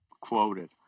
quoted